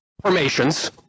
formations